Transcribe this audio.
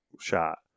shot